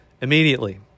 immediately